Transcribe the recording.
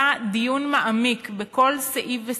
היה דיון מעמיק בכל סעיף וסעיף.